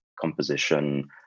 composition